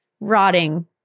rotting